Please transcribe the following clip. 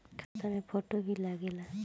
खाता मे फोटो भी लागे ला?